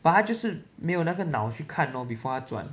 but 她就是没有那个脑去看 lor before 她转